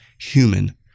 human